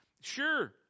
Sure